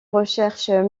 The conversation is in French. recherches